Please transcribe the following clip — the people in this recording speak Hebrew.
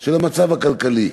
של המצב הכלכלי,